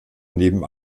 neben